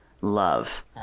love